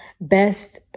best